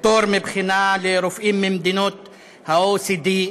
פטור מבחינה לרופאים ממדינות ה-OECD,